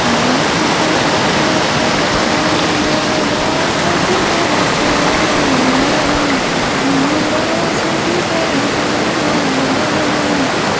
आशिकु कीअं सॾायां मां त दासु बि घर जो न आहियां की मां दास बि घर जो न आहियां